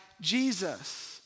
Jesus